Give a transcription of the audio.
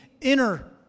inner